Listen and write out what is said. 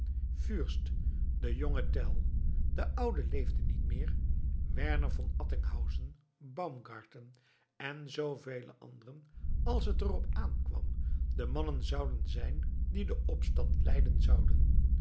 fürst de jonge tell de oude leefde niet meer werner van attinghausen baumgarten en zoovele anderen als het er op aankwam de mannen zouden zijn die den opstand leiden zouden